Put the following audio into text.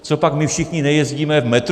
Copak my všichni nejezdíme v metru?